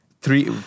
three